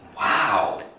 Wow